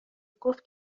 گفت